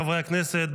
חברי הכנסת,